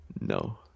No